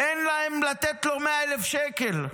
אין להם לתת לו 100,000 שקל.